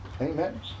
Amen